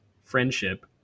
friendship